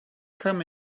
come